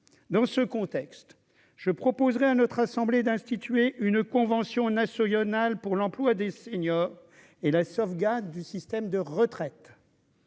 dans ce contexte, je proposerais à notre assemblée d'instituer une convention nationale pour l'emploi des seniors et la sauvegarde du système de retraite.